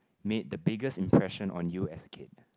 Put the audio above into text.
made the biggest impression on you as a kid